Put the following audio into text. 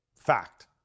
Fact